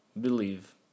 Believe